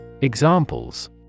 Examples